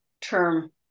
term